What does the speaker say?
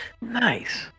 Nice